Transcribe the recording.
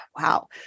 Wow